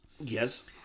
Yes